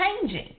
changing